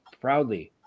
proudly